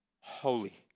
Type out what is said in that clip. Holy